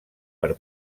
per